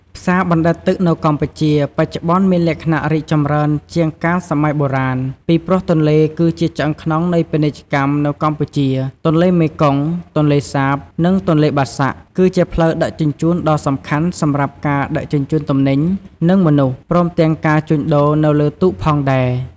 ផ្សារបណ្ដែតទឹកនៅកម្ពុជា បច្ចុប្បន្នមានលក្ខណៈរីកចម្រើនជាងកាលសម័យបុរាណ ពីព្រោះទន្លេគឺជាឆ្អឹងខ្នងនៃពាណិជ្ជកម្មនៅកម្ពុជា ទន្លេមេគង្គ ទន្លេសាប និងទន្លេបាសាក់ គឺជាផ្លូវដឹកជញ្ជូនដ៏សំខាន់សម្រាប់ការដឹកជញ្ជូនទំនិញ និងមនុស្ស ព្រមទាំងការជួញដូរនៅលើទូកផងដែរ។